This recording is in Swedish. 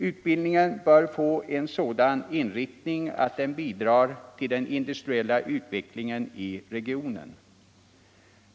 Utbildningen bör få en sådan inriktning att den bidrar till den industriella utvecklingen i regionen.